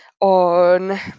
on